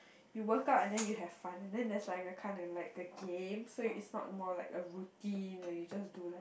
you work out and then you have fun and then there's like a kinda like a game so it's not more like a routine where you just do like